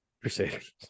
Crusaders